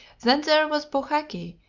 then there was bouhaki,